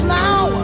now